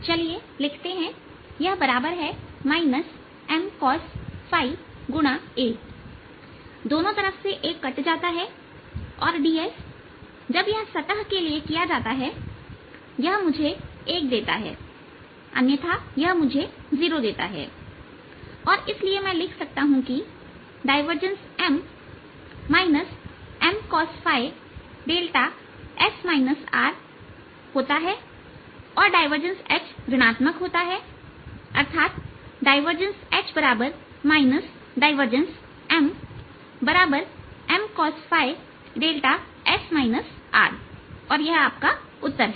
चलिए लिखते हैं यह बराबर है Mcosϕaदोनों तरफ से a कट जाता है और ds जब यह सतह के लिए जाता हैयह मुझे 1 देता है अन्यथा यह मुझे 0 देता है और इसलिए मैं लिख सकता हूं कि डायवर्जेंस M Mcosϕδ और डायवर्जेंस H ऋण आत्मक होता है अर्थात divergence H divergence M Mcosϕδ और यह आपका उत्तर है